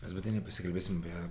mes būtinai pasikalbėsim apie